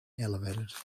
elevated